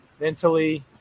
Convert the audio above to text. mentally